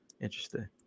interesting